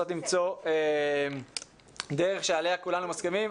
לנסות למצוא דרך שעליה כולנו מסכימים.